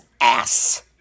ass